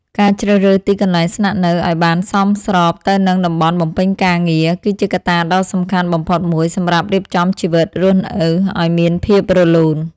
ការជ្រើសរើសទីកន្លែងស្នាក់នៅឱ្យបានសមស្របទៅនឹងតំបន់បំពេញការងារ គឺជាកត្តាដ៏សំខាន់បំផុតមួយសម្រាប់រៀបចំជីវិតរស់នៅឱ្យមានភាពរលូន។